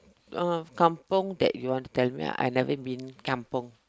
uh kampung that you want to tell me I never been kampung